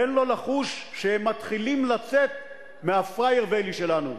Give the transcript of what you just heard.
תן לו לחוש שהם מתחילים לצאת מה"פראייר ויילי" שלנו.